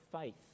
faith